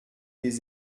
des